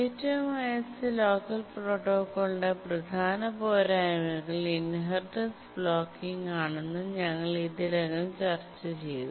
ഏറ്റവും highest locker പ്രോട്ടോക്കോളിന്റെ പ്രധാന പോരായ്മകൾ ഇൻഹെറിറ്റൻസ് ബ്ലോക്കിങ് ആണെന് ഞങ്ങൾ ഇതിനകം ചർച്ചചെയ്തു